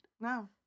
No